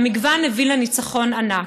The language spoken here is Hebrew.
והמגוון הביא לניצחון ענק.